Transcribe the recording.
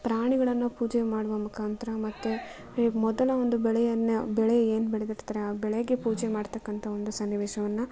ಪ್ರಾಣಿಗಳನ್ನು ಪೂಜೆ ಮಾಡುವ ಮುಖಾಂತ್ರ ಮತ್ತು ಈ ಮೊದಲ ಒಂದು ಬೆಳೆಯನ್ನು ಬೆಳೆ ಏನು ಬೆಳೆದಿರ್ತಾರೆ ಆ ಬೆಳೆಗೆ ಪೂಜೆ ಮಾಡ್ತಕ್ಕಂಥ ಒಂದು ಸನ್ನಿವೇಶವನ್ನು